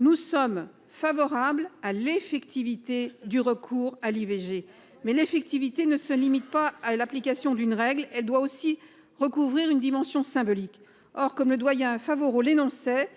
Nous sommes favorables à l'effectivité du recours à l'IVG, mais cette effectivité ne se limite pas à l'application d'une règle : elle doit aussi recouvrir une dimension symbolique. Or, comme le doyen Favoreu l'énonçait,